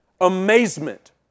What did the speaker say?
amazement